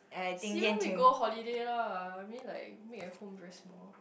see when we go holiday lah I mean like make at home very small